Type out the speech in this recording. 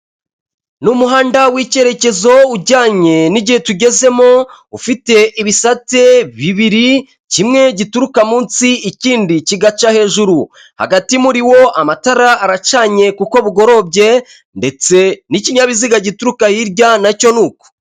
Ni umuhanda w'icyerekezo ujyanye n'igihe tugezemo ufite ibisate bibiri kimwe gituruka munsi ikindi kigaca hejuru hagati muri wo amatara aracanye kuko bugorobye ndetse n'ikinyabiziga gituruka hirya nacyo ni uko .